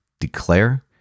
declare